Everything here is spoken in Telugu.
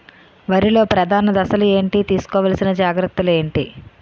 వరిలో ప్రధాన దశలు ఏంటి? తీసుకోవాల్సిన జాగ్రత్తలు ఏంటి?